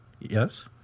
Yes